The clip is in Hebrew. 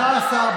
13,